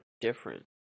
different